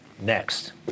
Next